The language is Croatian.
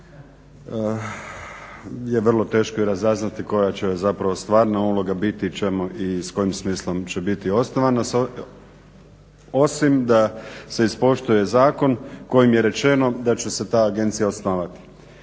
je vrlo teško i razaznati koja će zapravo stvarna uloga biti i s kojim smislom će biti osnovana, osim da se ispoštuje zakon kojim je rečeno da će se ta agencija osnovati.